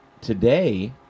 today